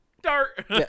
dart